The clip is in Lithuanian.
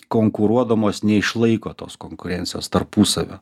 konkuruodamos neišlaiko tos konkurencijos tarpusavio